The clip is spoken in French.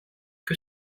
que